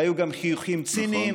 והיו גם חיוכים ציניים.